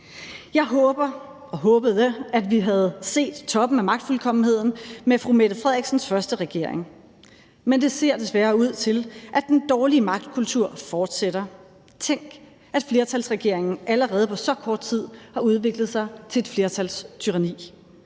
Jeg håber og håbede, at vi havde set toppen af magtfuldkommenheden med fru Mette Frederiksens første regering, men det ser desværre ud til, at den dårlige magtkultur fortsætter. Tænk, at flertalsregeringen allerede på så kort tid har udviklet sig til et flertalstyranni.